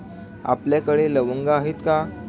आपल्याकडे लवंगा आहेत का?